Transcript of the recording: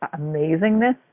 amazingness